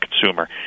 consumer